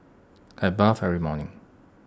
I bathe every morning